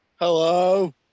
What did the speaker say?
hello